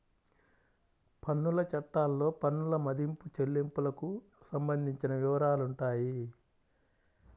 పన్నుల చట్టాల్లో పన్నుల మదింపు, చెల్లింపులకు సంబంధించిన వివరాలుంటాయి